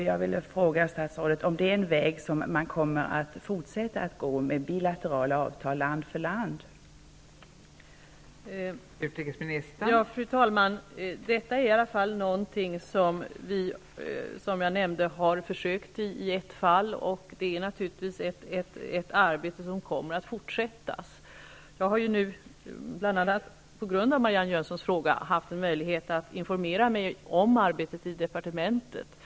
Jag vill fråga statsrådet om bilaterala avtal med olika länder är en väg som man kommer att fortsätta att gå.